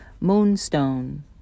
Moonstone